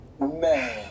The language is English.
man